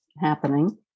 happening